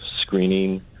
screening